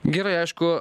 gerai aišku